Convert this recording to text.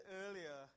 earlier